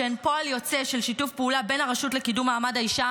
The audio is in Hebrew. שהן פועל יוצא של שיתוף פעולה בין הרשות לקידום מעמד האישה,